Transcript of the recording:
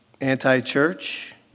anti-church